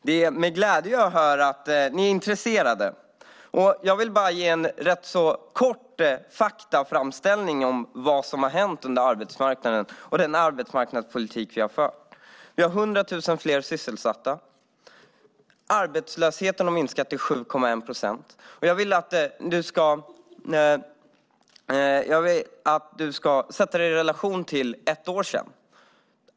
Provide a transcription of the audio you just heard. Det är med glädje jag hör att ni är intresserade, och jag vill bara ge en rätt så kort faktaframställning om vad som har hänt på arbetsmarknaden med den arbetsmarknadspolitik vi har fört. Vi har 100 000 fler sysselsatta. Arbetslösheten har minskat till 7,1 procent, och jag vill att ni ska sätta det i relation till för ett år sedan.